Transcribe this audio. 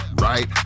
Right